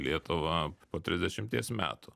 lietuvą po trisdešimties metų